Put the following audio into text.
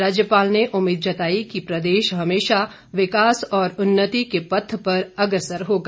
राज्यपाल ने उम्मीद जताई कि प्रदेश हमेशा विकास और उन्नति के पथ पर अग्रसर होगा